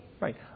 Right